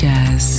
Jazz